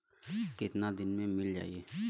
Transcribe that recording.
कितना दिन में मील जाई?